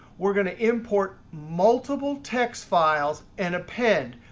we're going to import multiple text files and append.